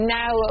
now